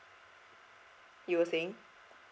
you were saying